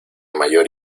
mayor